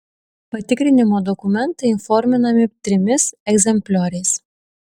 patikrinimo dokumentai įforminami trimis egzemplioriais